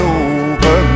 over